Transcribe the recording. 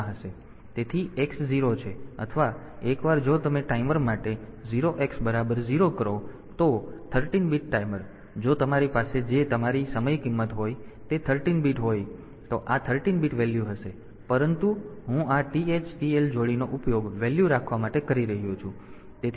તેથી x 0 છે અથવા એકવાર જો તમે ટાઈમર માટે 0 x બરાબર 0 કરો તો 13 બીટ ટાઈમર તેથી જો તમારી પાસે જે તમારી સમય કિંમત હોય તે 13 બીટ હોય તો આ 13 બીટ વેલ્યુ હોય છે પરંતુ હું આ TH TL જોડીનો ઉપયોગ વેલ્યુ રાખવા માટે કરી રહ્યો છું